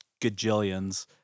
gajillions